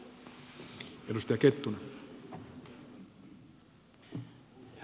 herra puhemies